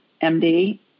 M-D